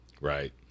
Right